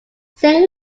sing